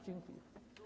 Dziękuję.